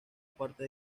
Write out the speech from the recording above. parte